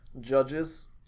Judges